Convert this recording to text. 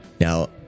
Now